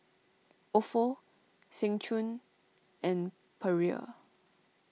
Ofo Seng Choon and Perrier